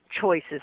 choices